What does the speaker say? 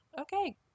Okay